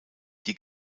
die